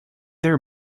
their